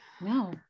No